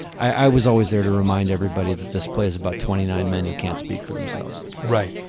i was always there to remind everybody that this play is about twenty nine men who can't speak for themselves. right.